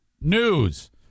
news